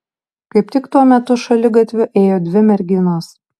kaip tik tuo metu šaligatviu ėjo dvi merginos